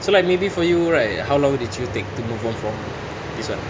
so like maybe for you right how long did you take to move on from this [one]